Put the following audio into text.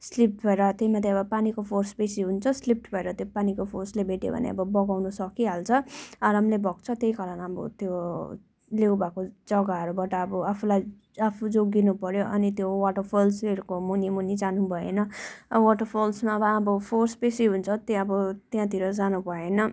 slipped भएर त्यही माथि अब पानीको फोर्स बेसी हुन्छ स्लिप्ड भएर त्यो पानीको फोर्सले भेट्यो भने अब बगाउनु सकिहाल्छ आरामले बग्छ त्यही कारण अब त्यो लेउ भएको जग्गाहरूबाट आफूलाई आफू जोगिनु पऱ्यो अनि त्यो वाटरफल्सहरूको मुनि मुनि जानु भएन अब वाटरफल्समा अब अब फोर्स बेसी हुन्छ त्यहाँ अब त्यहाँतिर जानु भएन